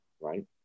right